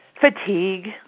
Fatigue